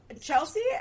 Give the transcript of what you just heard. Chelsea